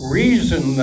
reason